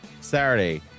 Saturday